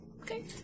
Okay